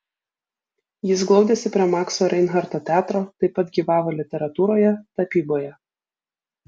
jis glaudėsi prie makso reinharto teatro taip pat gyvavo literatūroje tapyboje